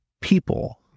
people